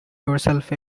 yourself